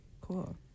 cool